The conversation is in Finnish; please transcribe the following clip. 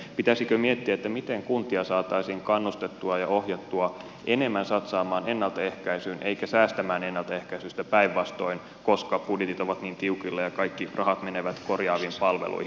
pitäisikö miettiä miten kuntia saataisiin kannustettua ja ohjattua enemmän satsaamaan ennaltaehkäisyyn eikä säästämään ennaltaehkäisystä päinvastoin koska budjetit ovat niin tiukilla ja kaikki rahat menevät korjaaviin palveluihin